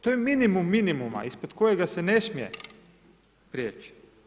To je minimum minimuma ispod kojeg se ne smije prijeći.